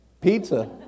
Pizza